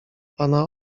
pana